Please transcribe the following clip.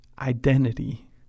identity